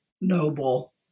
noble